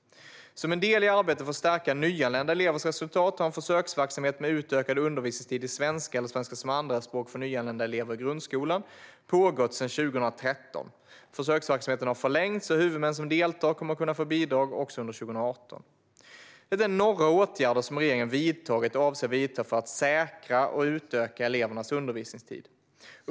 Som en del i arbetet för att stärka nyanlända elevers resultat har en försöksverksamhet med utökad undervisningstid i svenska eller svenska som andraspråk för nyanlända elever i grundskolan pågått sedan 2013. Försöksverksamheten har förlängts, och huvudmän som deltar kommer att kunna få bidrag också under 2018. Detta är några åtgärder som regeringen vidtagit och avser att vidta för att säkra och utöka elevernas undervisningstid.